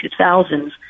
2000s